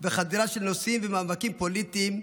וחדירה של נושאים ומאבקים פוליטיים,